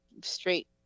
straight